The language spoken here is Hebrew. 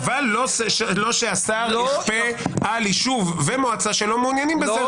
אבל לא שהשר יכפה על יישוב ומועצה שלא מעוניינים בזה.